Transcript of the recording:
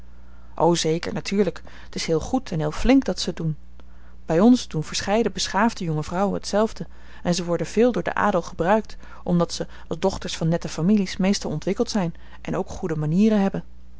o zeker natuurlijk het is heel goed en heel flink dat ze het doen bij ons doen verscheiden beschaafde jonge vrouwen hetzelfde en ze worden veel door den adel gebruikt omdat ze als dochters van nette families meestal ontwikkeld zijn en ook goede manieren hebben